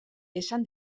esan